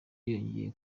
yongeye